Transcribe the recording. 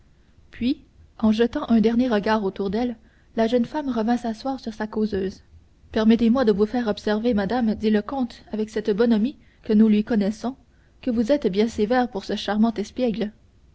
puis en jetant un dernier regard autour d'elle la jeune femme revint s'asseoir sur sa causeuse permettez-moi de vous faire observer madame dit le comte avec cette bonhomie que nous lui connaissons que vous êtes bien sévère pour ce charmant espiègle